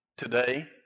Today